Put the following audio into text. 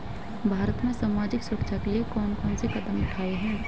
भारत में सामाजिक सुरक्षा के लिए कौन कौन से कदम उठाये हैं?